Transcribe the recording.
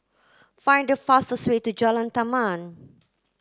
find the fastest way to Jalan Taman